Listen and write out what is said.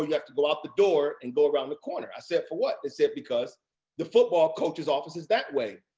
have to go out the door and go around the corner. i said, for what? they said, because the football coach's office is that way.